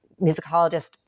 musicologist